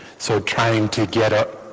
so trying to get it